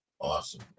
Awesome